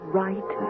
right